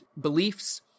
beliefs